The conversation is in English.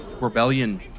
rebellion